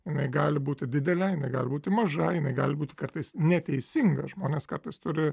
jinai gali būti didelė jinai gali būti maža jinai gali būti kartais neteisinga žmonės kartais turi